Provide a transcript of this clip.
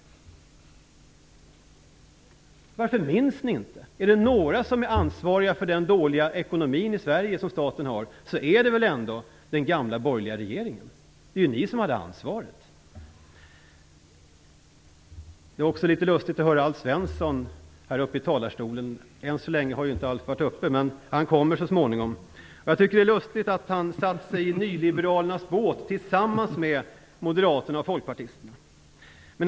Varför minns ni inte? Om det är någon som är ansvarig för statens dåliga ekonomi i Sverige är det väl ändå den gamla borgerliga regeringen. Ni hade ansvaret. Alf Svensson har inte varit uppe i talarstolen ännu, men han kommer så småningom. Det är lustigt att han har satt sig i nyliberalernas båt tillsammans med moderaterna och folkpartisterna.